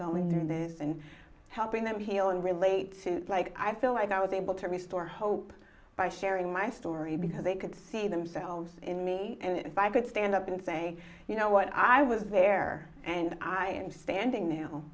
going through this and helping them heal and relate to like i feel like i was able to restore hope by sharing my story because they could see themselves in me and if i could stand up and say you know what i was there and i am standing now